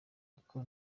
ariko